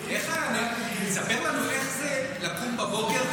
ספר לנו איך זה לקום בבוקר,